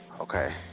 Okay